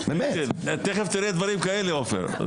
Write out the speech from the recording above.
תיכף תראה דברים כאלה, עופר.